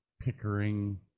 Pickering